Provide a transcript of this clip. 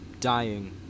dying